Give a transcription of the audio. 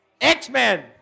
X-Men